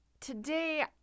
today